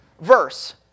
Verse